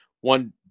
one